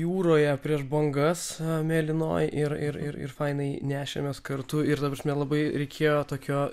jūroje prieš bangas mėlynoj ir ir ir fainai nešėmės kartu ir ta prasme labai reikėjo tokio